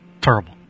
Terrible